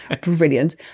brilliant